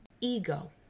ego